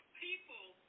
people